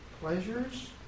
pleasures